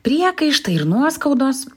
priekaištai ir nuoskaudos